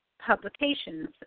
Publications